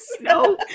no